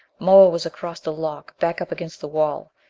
moa was across the lock, back up against the wall.